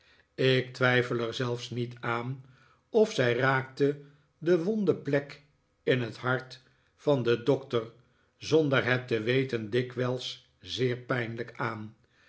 ik twijfel er zelfs niet aan of zij raakte de wonde plek in het hart van den doctor zonder het te weten dikwijls zeer pijnlijk aan